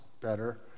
better